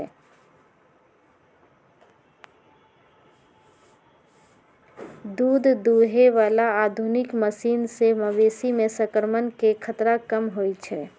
दूध दुहे बला आधुनिक मशीन से मवेशी में संक्रमण के खतरा कम होई छै